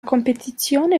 competizione